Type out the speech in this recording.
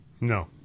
No